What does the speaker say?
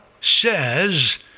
says